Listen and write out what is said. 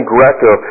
Greco